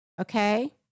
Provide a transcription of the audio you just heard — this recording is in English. Okay